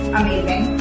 amazing